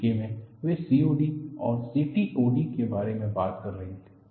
UK में वे COD और CTOD के बारे में बात कर रहे थे